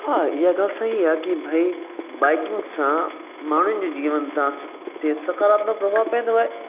हा इहा ॻाल्हि सही आहे की भई बाइकिंग सां माण्हुनि जो जीवन दास ते सकारात्मक प्रभाव पेंदो आहे